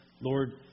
Lord